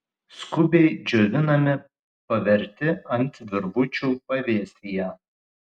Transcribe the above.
skubiai džiovinami paverti ant virvučių pavėsyje